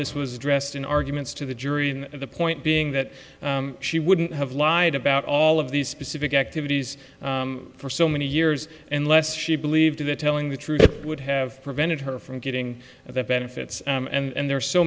this was dressed in arguments to the jury and the point being that she wouldn't have lied about all of these specific activities for so many years unless she believed that telling the truth would have prevented her from getting the benefits and there are so